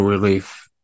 Relief